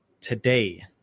Today